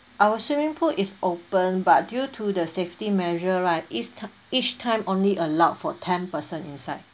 our swimming pool is open but due to the safety measure right each each time only allowed for ten person inside